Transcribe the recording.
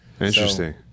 Interesting